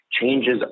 changes